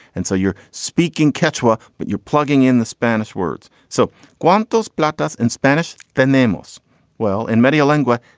and so you're speaking kashua, but you're plugging in the spanish words. so quantas blocked us in spanish. the name was well in many lengua,